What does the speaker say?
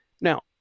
Now